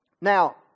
now